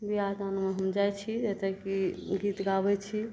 बिआह दानमे हम जाइ छी एतेक कि गीत गाबै छी